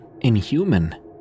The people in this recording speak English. Inhuman